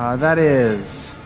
ah that is